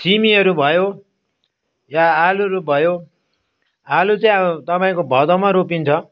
सिमीहरू भयो यो आलुहरू भयो आलु चाहिँ अब तपाईँको भदौमा रोपिन्छ